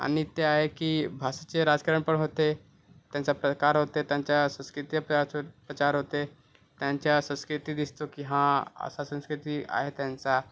आणि ते आहे की भाषेचे राजकारण पण होते त्यांचा प्रकार होते त्यांच्या प्रचार होते त्यांच्या संस्कृती दिसतो की हा असा संस्कृती आहे त्यांचा